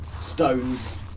stones